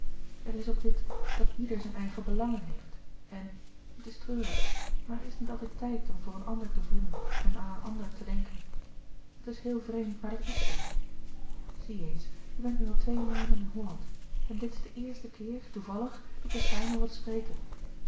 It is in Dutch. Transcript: er is ook dit dat ieder zijn eigen belangen heeft en het is treurig maar er is niet altijd tijd om voor een ander te voelen en aan een ander louis couperus de boeken der kleine zielen te denken dat is heel vreemd maar dat is zoo zie eens je bent nu al twee maanden in holland en dit is de eerste keer toevallig dat wij samen wat spreken